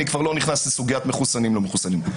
אני כבר לא נכנס לסוגיית מחוסנים, לא מחוסנים.